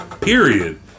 Period